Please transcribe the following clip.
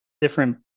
different